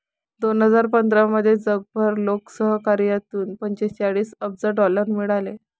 दोन हजार पंधरामध्ये जगभर लोकसहकार्यातून पंचेचाळीस अब्ज डॉलर मिळाले